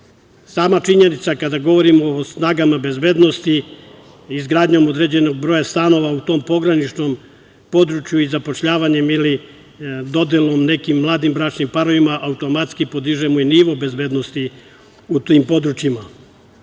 činjenica, kada govorimo o snagama bezbednosti, izgradnjom određenog broja stanova u tom pograničnom području i zapošljavanjem ili dodelom nekim mladim bračnim parovima, automatski podižemo i nivo bezbednosti u tim područjima. Ovo